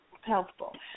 helpful